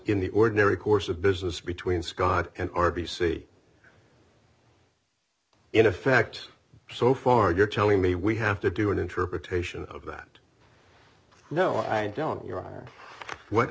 in the ordinary course of business between scott and r b c in effect so far you're telling me we have to do an interpretation of that no i don't you know what